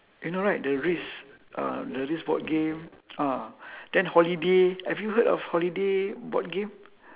you know right the risk uh the risk board game ah then holiday have you heard of holiday board game